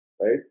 right